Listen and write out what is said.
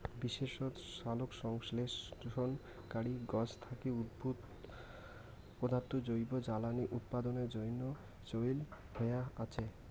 বিশেষত সালোকসংশ্লেষণকারী গছ থাকি উদ্ভুত পদার্থ জৈব জ্বালানী উৎপাদনের জইন্যে চইল হয়া আচে